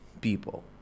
people